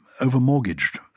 over-mortgaged